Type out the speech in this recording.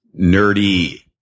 nerdy